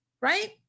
right